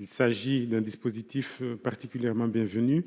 Il s'agissait d'un dispositif particulièrement bienvenu.